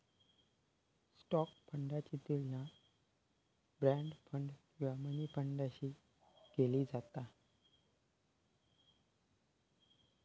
stock फंडाची तुलना bond fund आणि मनी फंडाशी केली जाता